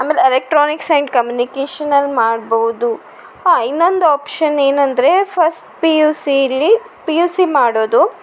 ಆಮೇಲೆ electronics and ಕಮ್ಯುನಿಕೇಶನಲ್ಲಿ ಮಾಡ್ಬೌದು ಹಾ ಇನ್ನೊಂದು ಆಪ್ಷನ್ ಏನಂದರೆ ಫಸ್ಟ್ ಪಿ ಯು ಸಿಲಿ ಪಿ ಯು ಸಿ ಮಾಡೋದು